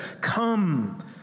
come